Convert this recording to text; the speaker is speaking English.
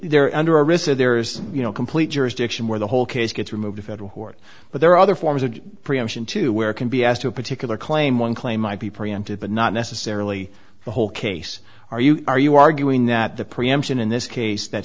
that there isn't you know a complete jurisdiction where the whole case gets removed a federal court but there are other forms of preemption to where it can be asked to a particular claim one claim might be preempted but not necessarily the whole case are you are you arguing that the preemption in this case that